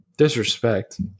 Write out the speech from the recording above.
disrespect